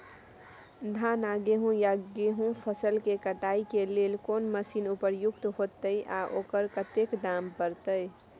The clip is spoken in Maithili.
धान आ गहूम या गेहूं फसल के कटाई के लेल कोन मसीन उपयुक्त होतै आ ओकर कतेक दाम परतै?